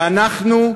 ואנחנו,